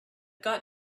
got